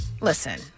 Listen